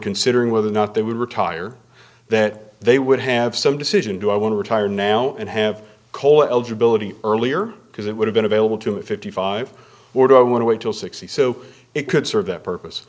considering whether or not they would retire that they would have some decision do i want to retire now and have cole eligibility earlier because it would have been available to a fifty five or do i want to wait till sixty so it could serve that purpose